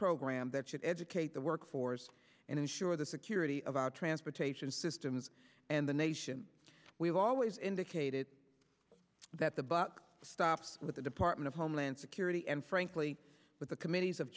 program that should educate the workforce and ensure the security of our transportation systems and the nation we've always indicated that the buck stops with the department of homeland security and frankly with the committees of